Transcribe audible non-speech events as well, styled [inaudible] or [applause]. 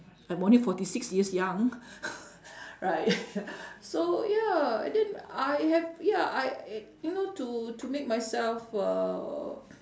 I'm only forty six years young [laughs] right [laughs] so ya and then I have ya I a~ you know to to make myself uh